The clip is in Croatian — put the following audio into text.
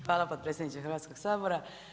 Hvala potpredsjedniče Hrvatskog sabora.